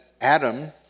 Adam